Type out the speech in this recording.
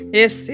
yes